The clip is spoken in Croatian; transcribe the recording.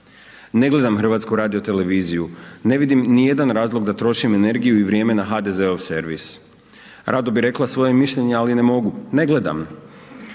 Ne gledam HRT, ne vidim ni jedan razlog da trošim energiju i vrijeme na HDZ-ov servis. Rado bi rekla svoje mišljenje ali ne mogu ne gledam.